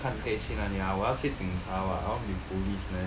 看可以去哪里啊我要去警察 I want be policeman